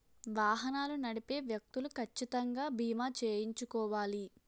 వాహనాలు నడిపే వ్యక్తులు కచ్చితంగా బీమా చేయించుకోవాలి